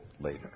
later